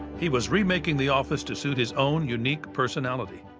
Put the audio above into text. he was remaking the office to suit his own unique personality.